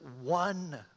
one